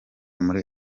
muri